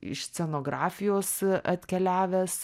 iš scenografijos atkeliavęs